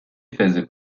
faisait